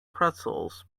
pretzels